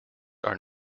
are